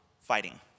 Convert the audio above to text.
fighting